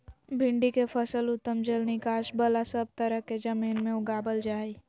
भिंडी के फसल उत्तम जल निकास बला सब तरह के जमीन में उगावल जा हई